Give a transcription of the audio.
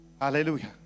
hallelujah